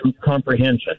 comprehension